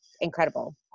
incredible